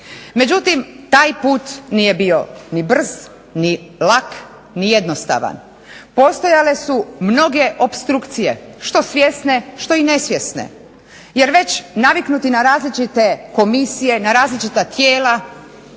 Međutim, taj put nije bio ni brz, ni lak, ni jednostavan. Postojale su mnoge opstrukcije što svjesne što i nesvjesne. Jer već naviknuti na različite komisije, na različita tijela